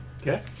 Okay